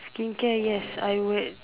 skincare yes I would